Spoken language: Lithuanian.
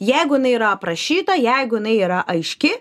jeigu jinai yra aprašyta jeigu jinai yra aiški